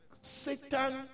Satan